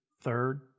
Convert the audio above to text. third